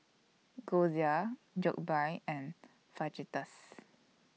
Gyoza Jokbal and Fajitas